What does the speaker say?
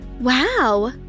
Wow